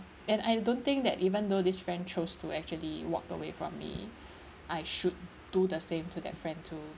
and I don't think that even though this friend chose to actually walked away from me I should do the same to that friend too